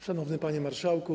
Szanowny Panie Marszałku!